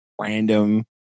random